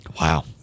Wow